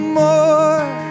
more